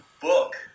book